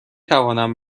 توانم